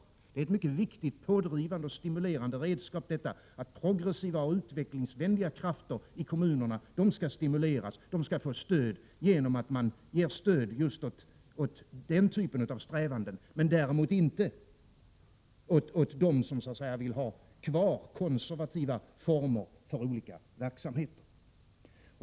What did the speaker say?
Det är ett mycket viktigt pådrivande inslag detta, att progressiva och utvecklingsvänliga krafter i kommunerna stimuleras genom att man ger stöd just åt den typen av strävanden, men däremot inte åt dem som vill ha kvar konservativa former för olika verksamheter.